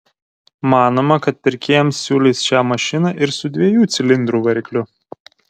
manoma kad pirkėjams siūlys šią mašiną ir su dviejų cilindrų varikliu